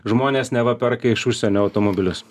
žmonės neva perka iš užsienio automobilius